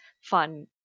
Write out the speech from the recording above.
fun